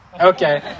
Okay